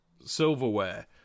silverware